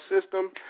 system